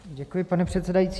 Děkuji, pane předsedající.